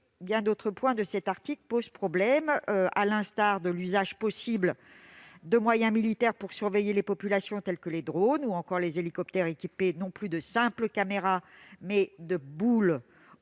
bien d'autres points de cet article posent problème. Je pense à l'usage possible de moyens militaires pour surveiller les populations telles que les drones ou encore les hélicoptères équipés non plus d'une « simple caméra », mais d'une